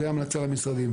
זו המלצה למשרדים.